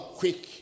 quick